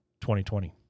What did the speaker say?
2020